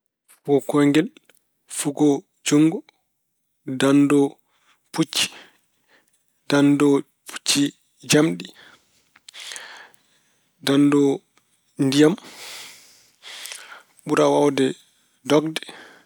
Fugo kooyngel, fugo juutngo, danndo pucci, danndo pucci jamɗi, danndo ndiyam, ɓura waawde dogde.